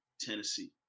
Tennessee